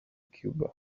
cuba